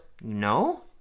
No